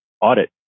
audit